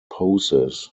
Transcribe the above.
poses